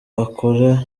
akora